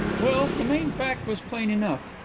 well, the main fact was plain enough.